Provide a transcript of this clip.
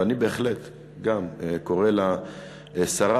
ואני בהחלט גם קורא לשרה,